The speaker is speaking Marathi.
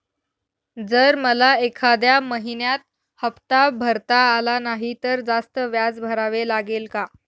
जर मला एखाद्या महिन्यात हफ्ता भरता आला नाही तर जास्त व्याज भरावे लागेल का?